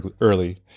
early